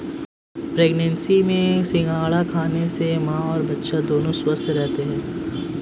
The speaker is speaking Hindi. प्रेग्नेंसी में सिंघाड़ा खाने से मां और बच्चा दोनों स्वस्थ रहते है